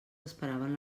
esperaven